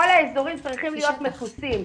כל האזורים צריכים להיות מכוסים.